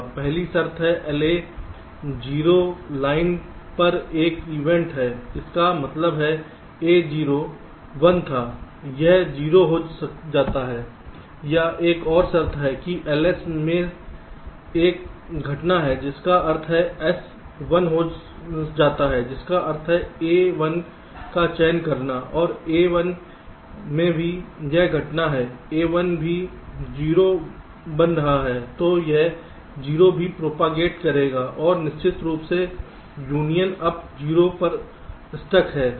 पहली शर्त है LA 0 लाइन पर एक इवेंट है इसका मतलब है A0 1 था यह 0 हो जाता है या एक और शर्त है कि LS में एक घटना है जिसका अर्थ है S 1 हो जाता है जिसका अर्थ है A1 का चयन करना और A1 में भी एक घटना है A1 भी 0 बन रहा है तो यह 0 भी प्रोपागेट करेगा और निश्चित रूप से यूनियन अप 0 पर स्टक है